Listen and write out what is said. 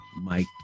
Mike